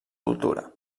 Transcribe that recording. cultura